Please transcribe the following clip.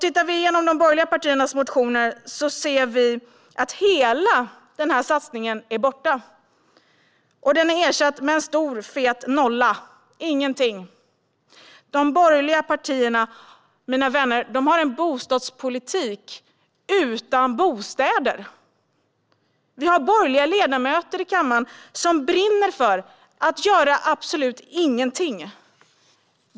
Tittar vi igenom de borgerliga partiernas motioner ser vi att hela denna satsning är borta. Den är ersatt med en stor, fet nolla - ingenting. De borgerliga partierna, mina vänner, har en bostadspolitik utan bostäder! Vi har borgerliga ledamöter i kammaren som brinner för att göra absolut ingenting.